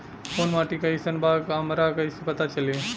कोउन माटी कई सन बा हमरा कई से पता चली?